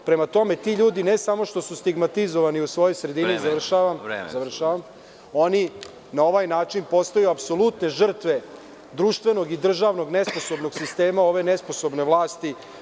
Prema tome, ti ljudi ne samo što su stigmatizovani u svojoj sredini… završavam … (Predsedavajući: Vreme.) … oni na ovaj način postaju apsolutne žrtve društvenog i državnog nesposobnost sistema ove nesposobne vlasti.